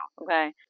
okay